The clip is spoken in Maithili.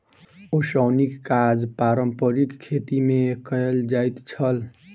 ओसौनीक काज पारंपारिक खेती मे कयल जाइत छल